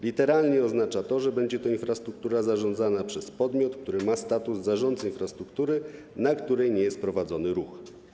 Literalnie oznacza to, że będzie to infrastruktura zarządzana przez podmiot, który ma status zarządcy infrastruktury, na której nie jest prowadzony ruch.